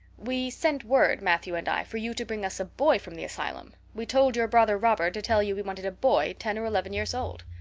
we send word, matthew and i, for you to bring us a boy from the asylum. we told your brother robert to tell you we wanted a boy ten or eleven years old.